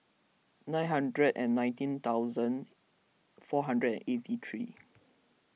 nine hundred and nineteen thousand four hundred and eighty three